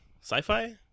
sci-fi